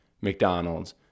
McDonald's